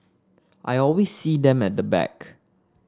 I always see them at the back